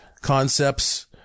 concepts